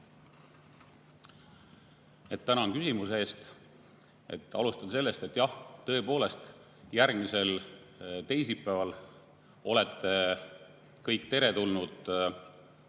Tänan küsimuse eest! Alustan sellest, et jah, tõepoolest olete järgmisel teisipäeval kõik teretulnud